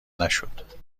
نشد